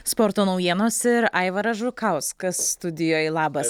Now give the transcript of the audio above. sporto naujienos ir aivaras žukauskas studijoj labas